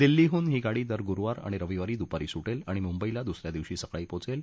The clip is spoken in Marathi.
दिल्लीहून ही गाडी दर गुरुवार आणि रविवारी दुपारी सुटेल आणि मुंबईला दुस या दिवशी सकाळी पोहोचेल